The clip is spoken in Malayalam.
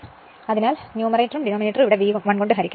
അതിനാൽ ന്യൂമറേറ്ററും ഡിനോമിനേറ്ററും ഇവിടെ V 1 കൊണ്ട് ഹരിക്കുക